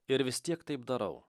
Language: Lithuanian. ir vis tiek taip darau